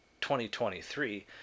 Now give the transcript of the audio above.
2023